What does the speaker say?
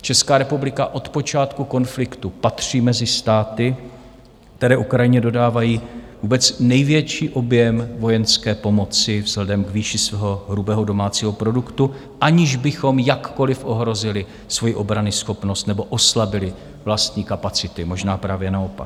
Česká republika od počátku konfliktu patří mezi státy, které Ukrajině dodávají vůbec největší objem vojenské pomoci vzhledem k výši svého hrubého domácího produktu, aniž bychom jakkoliv ohrozili svoji obranyschopnost nebo oslabili vlastní kapacity, možná právě naopak.